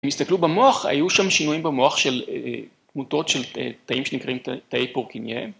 אם תסתכלו במוח, היו שם שינויים במוח של תמותות של תאים שנקראים תאי פורקיניה.